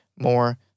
more